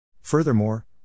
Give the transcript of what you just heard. Furthermore